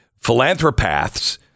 philanthropaths